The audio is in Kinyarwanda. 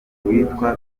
witwa